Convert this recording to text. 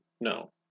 No